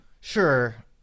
Sure